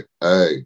Hey